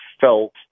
felt